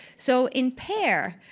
so in pair,